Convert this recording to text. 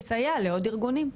לסייע לעוד ארגונים.